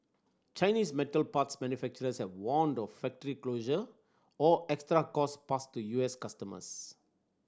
Chinese metal parts manufacturers have warned of factory closure or extra cost passed to U S customers